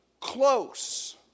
close